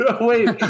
Wait